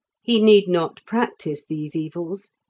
he need not practise these evils,